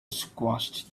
squashed